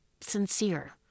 sincere